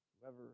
Whoever